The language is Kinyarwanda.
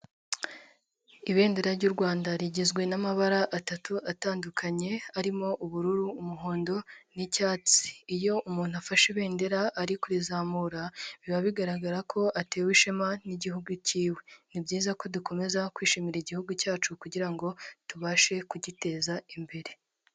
Ibendera ry'u Rwanda rigizwe n'amabara atatu atandukanye, arimo ubururu, umuhondo n'icyatsi. Iyo umuntu afashe ibendera ari kurizamura, biba bigaragara ko atewe ishema n'igihugu cyiwe. Ni byiza ko dukomeza kwishimira igihugu cyacu kugira ngo tubashe kugiteza imbere.